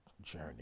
journey